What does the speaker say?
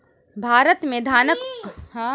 भारत में धानक उत्पादन आन फसिल सभ सॅ बेसी होइत अछि